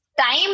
time